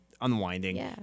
unwinding